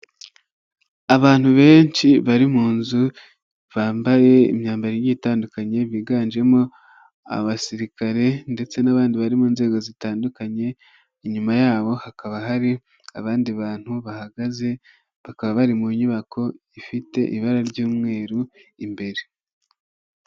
Abantu benshi bari mu nzu bambaye imyambaro igiye itandukanye biganjemo abasirikare ndetse n'abandi bari mu nzego zitandukanye, inyuma yabo hakaba hari abandi bantu bahagaze bakaba bari mu nyubako ifite ibara ry'umweru imbere.